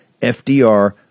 FDR